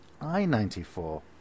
I-94